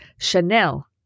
Chanel